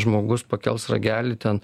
žmogus pakels ragelį ten